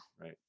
Right